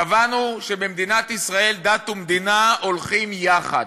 קבענו שבמדינת ישראל דת ומדינה הולכים יחד.